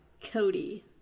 Cody